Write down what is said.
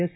S